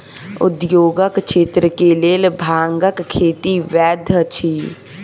उद्योगक क्षेत्र के लेल भांगक खेती वैध अछि